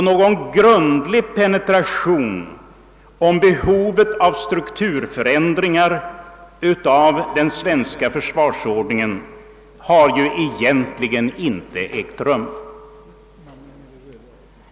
Någon grundlig penetrering beträffande behovet av strukturförändringen när det gäller den svenska försvarsordningen har egentligen inte ägt rum.